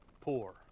Poor